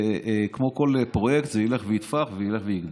כמו בכל פרויקט זה ילך ויתפח וילך ויגדל.